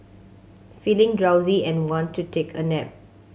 feeling drowsy and want to take a nap